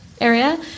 Area